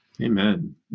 Amen